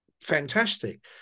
fantastic